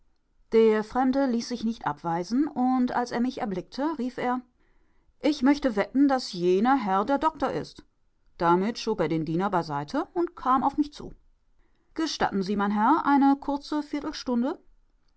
der fremde ließ sich nicht abweisen und als er mich erblickte rief er ich möchte wetten daß jener herr der doktor ist damit schob er den diener beiseite und kam auf mich zu gestatten sie mein herr eine kurze viertelstunde